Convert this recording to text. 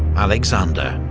alexander.